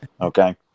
okay